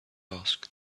asked